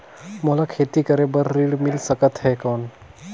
मोला खेती करे बार ऋण मिल सकथे कौन?